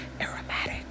aromatic